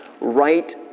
right